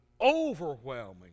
overwhelming